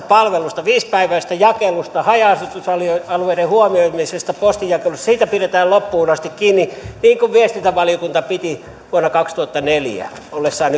palvelusta viisipäiväisestä jakelusta haja asutusalueiden huomioimisesta postinjakelussa pidetään loppuun asti kiinni niin kuin viestintävaliokunta piti vuonna kaksituhattaneljä ollessaan